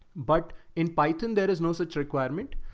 but in python, there is no such requirement,